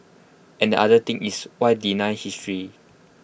and the other thing is why deny history